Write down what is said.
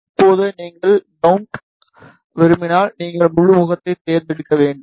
இப்போது நீங்கள் கிரவுண்ட் விரும்பினால் நீங்கள் ஒரு முகத்தைத் தேர்ந்தெடுக்க வேண்டும்